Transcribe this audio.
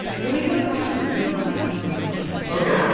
can we go back to good lines from the show okay.